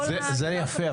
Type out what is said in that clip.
זה יפה.